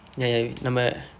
ya ya ya நம்ம:namma